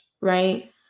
right